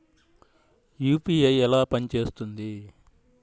UPI ఎలా పనిచేస్తుంది?